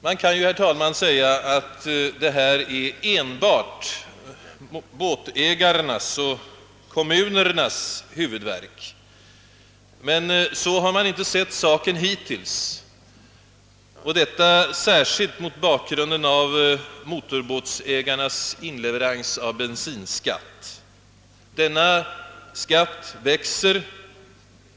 Man kan, herr talnran, mena att detta är enbart båtägarnas och kommunernas huvudvärk, men så har man inte sett saken hittills, detta på grund av motorbåtsägarnas inleverans till staten av bensinskatt.